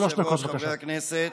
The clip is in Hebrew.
אדוני היושב-ראש, חברי הכנסת.